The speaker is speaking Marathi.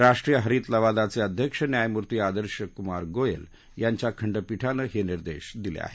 राष्ट्रीय हरित लवादाचे अध्यक्ष न्यायमूर्ती आदर्श कुमार गोयल यांच्या खंडपीठानं हे निर्देश दिले आहेत